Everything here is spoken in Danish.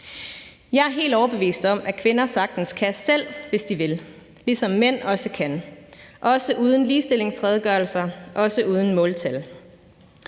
Jeg er helt overbevist om, at kvinder sagtens kan selv, hvis de vil, ligesom mænd også kan, også uden ligestillingsredegørelser, også uden måltal.